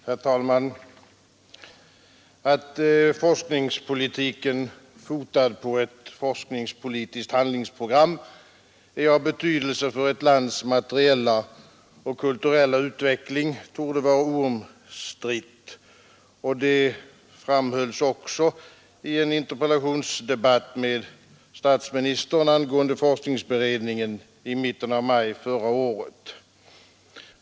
Herr talman! Att forskningspolitiken, fotad på ett forskningspolitiskt handlingsprogram, är av betydelse för ett lands materiella och kulturella utveckling torde vara oomstritt. Det framhölls också i en interpellationsdebatt med statsministern angående forskningsberedningen i mitten av maj förra året.